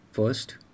First